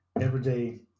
everyday